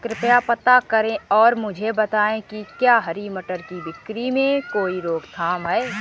कृपया पता करें और मुझे बताएं कि क्या हरी मटर की बिक्री में कोई रोकथाम है?